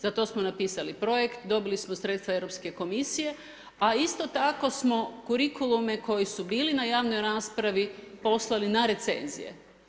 Za to smo napisali projekt, dobili smo sredstva Europske komisije a isto tako smo kurikulume koji su bili na javnoj raspravi poslali na recenzije.